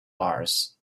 mars